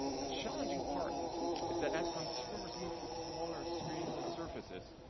the challenging part is that as consumers move to smaller screens and surfaces,